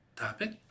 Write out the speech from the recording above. Topic